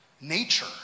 Nature